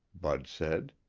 bud said.